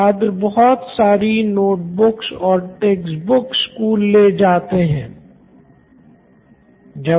Siddharth Maturi CEO Knoin electronics समझने की रफ्तार और लिखने मे धीमापन Nitin Kurian COO Knoin electronics हाँ यह एक कारण हो सकता है धीमा लिखना देर से समझ पाना